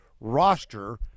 roster